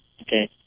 okay